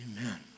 Amen